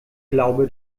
glaube